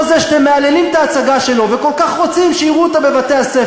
אותו זה שאתם מהללים את ההצגה שלו וכל כך רוצים שיראו אותה בבתי-הספר,